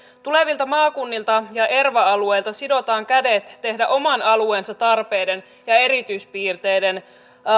tulevilta maakunnilta ja erva alueilta sidotaan kädet tehdä oman alueensa tarpeiden ja erityispiirteiden